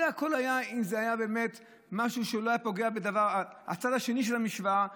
זה היה נכון אם זה היה באמת משהו שלא פוגע בצד השני של המשוואה,